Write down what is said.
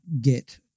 get